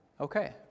Okay